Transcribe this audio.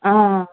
आं